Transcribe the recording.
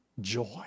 joy